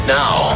now